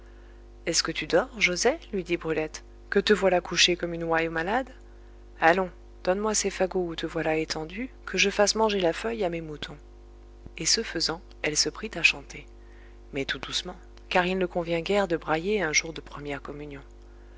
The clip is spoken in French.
est-ce que tu dors joset lui dit brulette que te voilà couché comme une ouaille malade allons donne-moi ces fagots où te voilà étendu que je fasse manger la feuille à mes moutons et ce faisant elle se prit à chanter mais tout doucettement car il ne convient guère de brailler un jour de première communion